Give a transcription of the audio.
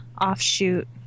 offshoot